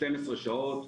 12 שעות,